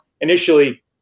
initially